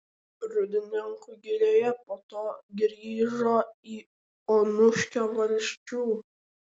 rūdninkų girioje po to grįžo į onuškio valsčių